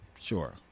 sure